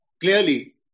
Clearly